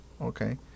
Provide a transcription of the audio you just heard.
Okay